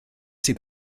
sydd